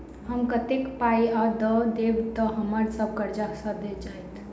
हम कतेक पाई आ दऽ देब तऽ हम्मर सब कर्जा सैध जाइत?